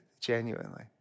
genuinely